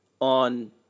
on